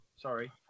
Sorry